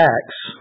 Acts